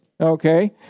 okay